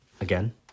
again